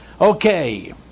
Okay